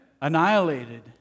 annihilated